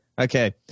Okay